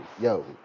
yo